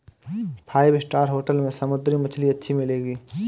five star hotel में समुद्री मछली अच्छी मिलेंगी